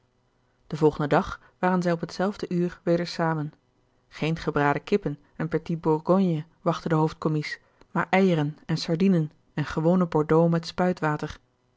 den volgenden dag waren zij op hetzelfde uur weder zamen geen gebraden kippen en petit bourgogne wachtten den hoofdcommies maar eijeren en sardijnen en gewone bordeaux met